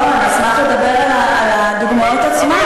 לא, אני אשמח לדבר על הדוגמאות עצמן.